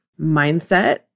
Mindset